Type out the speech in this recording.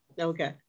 Okay